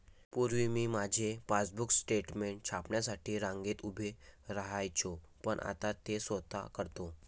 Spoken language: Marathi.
पूर्वी मी माझे पासबुक स्टेटमेंट छापण्यासाठी रांगेत उभे राहायचो पण आता ते स्वतः करतो